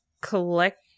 collect